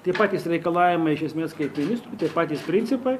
tie patys reikalavimai iš esmės kaip ministrų tie patys principai